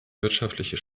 wirtschaftliche